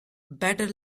better